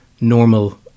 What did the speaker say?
normal